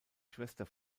schwester